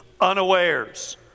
unawares